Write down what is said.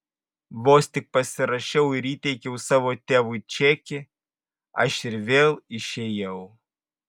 vos tik pasirašiau ir įteikiau savo tėvui čekį aš ir vėl išėjau